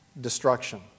destruction